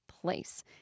place